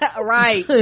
right